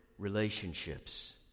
relationships